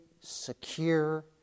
secure